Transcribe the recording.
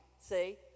see